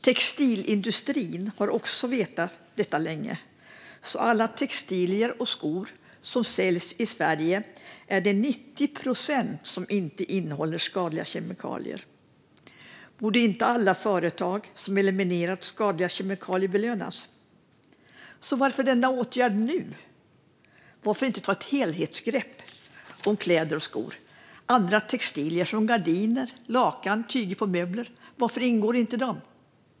Textilindustrin har också vetat detta länge, så 90 procent av alla textilier och skor som säljs i landet innehåller inga skadliga kemikalier. Borde inte alla företag som eliminerat skadliga kemikalier belönas? Varför vidtas denna åtgärd nu? Varför inte ta ett helhetsgrepp? Detta gäller kläder och skor - varför ingår inte andra textilier, som gardiner, lakan och tyger på möbler?